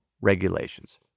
regulations